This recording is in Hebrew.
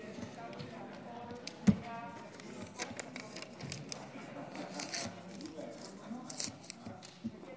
אני חייבת לספר לכם שאני קראתי את הנאום של חבר הכנסת החדש גלעד קריב